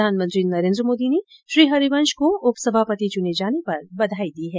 प्रधानमंत्री नरेन्द्र मोदी ने श्री हरिवंश को उपसभापति चुने जाने पर बघाई दी है